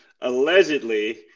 Allegedly